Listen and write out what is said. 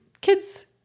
kids